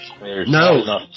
No